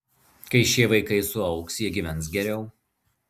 kai šie vaikai suaugs jie gyvens geriau